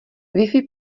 wifi